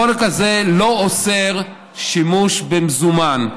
החוק הזה לא אוסר שימוש במזומן,